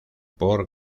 por